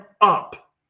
up